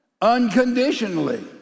unconditionally